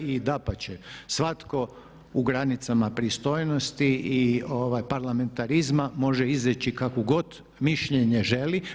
I dapače, svatko u granicama pristojnosti i parlamentarizma može izreći kakvo god mišljenje želi.